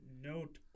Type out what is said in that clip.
Note